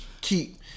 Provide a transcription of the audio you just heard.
keep